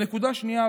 נקודה שנייה,